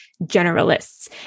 generalists